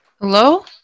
Hello